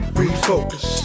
refocus